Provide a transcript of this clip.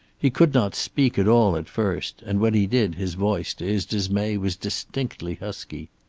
he could not speak at all at first, and when he did his voice, to his dismay, was distinctly husky.